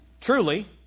Truly